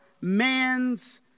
man's